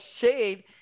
shade